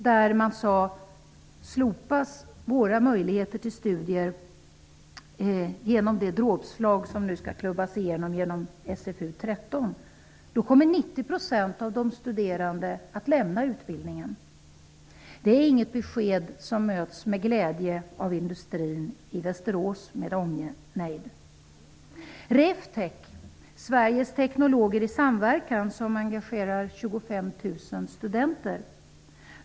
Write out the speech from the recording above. Där framgår det att de anser att om deras möjligheter till studier slopas på grund av det dråpslag som skall ''klubbas'' igenom enligt SfU:s betänkande 13, kommer 90 % av de studerande att lämna utbildningen. Det är inget besked som möts med glädje av industrin i Västerås med omnejd. engagerar 25 000 studenter.